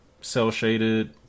cell-shaded